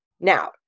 Now